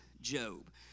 Job